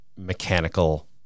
mechanical